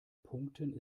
punkten